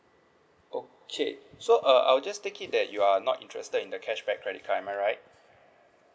okay so uh I'll just take it that you are not interested in the cashback credit card am I right